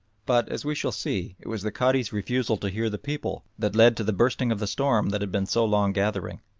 but, as we shall see, it was the cadi's refusal to hear the people that led to the bursting of the storm that had been so long gathering.